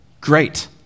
Great